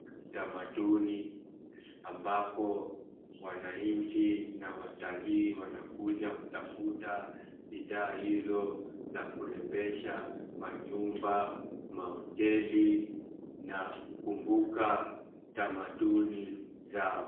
Utamaduni, ambapo wananchi na watalii wanakuja kutafuta bidhaa hizo, za kurembesha manyumba, mahoteli na kukumbuka tamaduni zao.